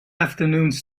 afternoons